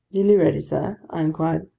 nearly ready, sir i inquired.